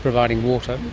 providing water,